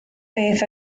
beth